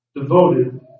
devoted